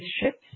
ships